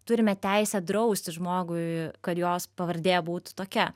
turime teisę drausti žmogui kad jos pavardė būtų tokia